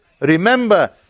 Remember